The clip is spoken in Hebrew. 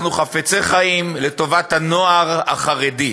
אנחנו חפצי חיים לטובת הנוער החרדי.